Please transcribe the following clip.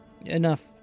Enough